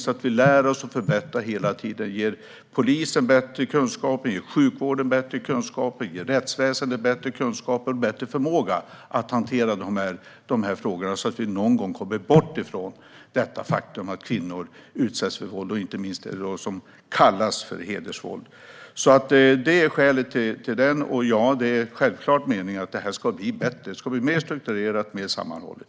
Då lär vi oss att förbättra detta hela tiden och ger polisen, sjukvården och rättsväsendet bättre kunskap och bättre förmåga att hantera dessa frågor så att vi någon gång kommer bort från att kvinnor utsätts för våld, inte minst så kallat hedersvåld. Det är skälet till denna myndighet, och det är självklart meningen att det ska bli bättre. Det ska bli mer strukturerat och sammanhållet.